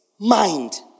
mind